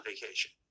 vacation